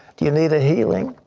do you need a healing?